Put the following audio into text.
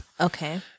Okay